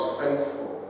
faithful